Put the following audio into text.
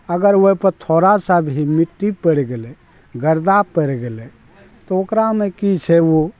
अगर ओहि पर थोड़ा सा भी मिट्टी पड़ि गेलै गर्दा पड़ि गेलै तऽ ओकरामे की छै ओ